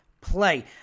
play